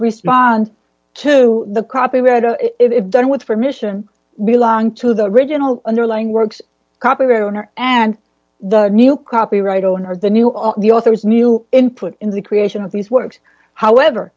respond to the copyright or if done with permission belong to the original underlying works copyright owner and the new copyright owner the new or the author is new input in the creation of these works however